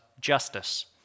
justice